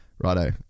Righto